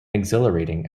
exhilarating